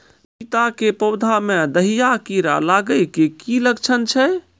पपीता के पौधा मे दहिया कीड़ा लागे के की लक्छण छै?